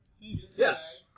Yes